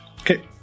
Okay